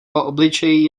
obličej